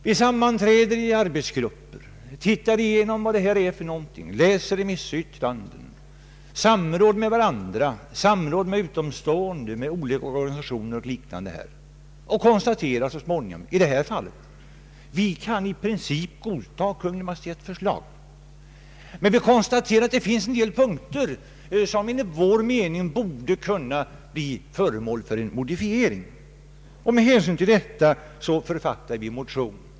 Vid sammanträden i arbetsgrupper går vi igenom vad det här gäller, läser remissyttranden, samråder med varandra, samråder med utomstående, med olika organisationer och liknande, och konstaterar så småningom som t.ex. i detta fall: vi kan i princip godta Kungl. Maj:ts förslag, men vi fastställer att en del punkter däri borde bli föremål för en modifiering. Med utgångspunkt härifrån författar vi en motion.